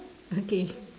okay